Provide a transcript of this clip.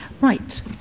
Right